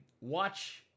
watch